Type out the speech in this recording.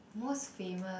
most famous